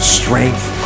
strength